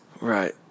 Right